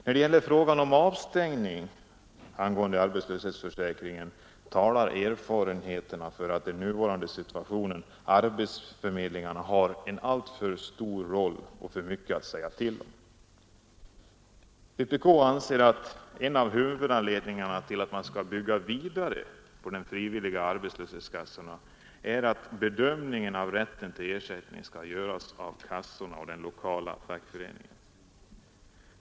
När det gäller frågan om avstängning från arbetslöshetsförsäkringen talar erfarenheterna för att i den nuvarande situationen arbetsförmedlingarna har en alltför stor roll och för mycket att säga till om. Vpk anser att en av huvudanledningarna till att man skall bygga vidare på de frivilliga arbetslöshetskassorna är att bedömningen av rätten till ersättning skall göras av arbetslöshetskassan och den lokala fackföreningen.